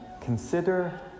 consider